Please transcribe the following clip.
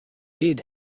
did